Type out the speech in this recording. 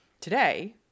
today